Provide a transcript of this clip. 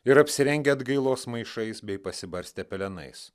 ir apsirengę atgailos maišais bei pasibarstę pelenais